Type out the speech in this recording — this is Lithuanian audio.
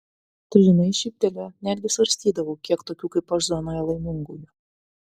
tu žinai šyptelėjo netgi svarstydavau kiek tokių kaip aš zonoje laimingųjų